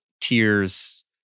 tears